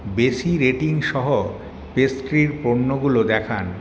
বেশি রেটিং সহ পেস্ট্রির পণ্যগুলো দেখান